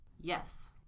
Yes